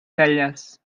celles